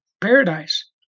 paradise